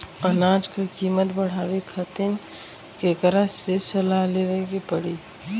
अनाज क कीमत बढ़ावे खातिर केकरा से सलाह लेवे के पड़ी?